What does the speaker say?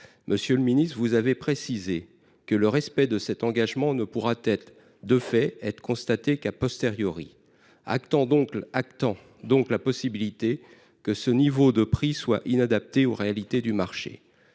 Monsieur le ministre, vous avez précisé que « le respect de cet engagement ne pourra de fait être constaté qu’ », actant donc la possibilité qu’un tel niveau de prix ne soit pas adapté aux réalités du marché.